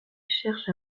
cherche